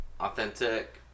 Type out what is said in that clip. authentic